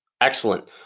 Excellent